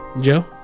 Joe